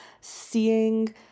seeing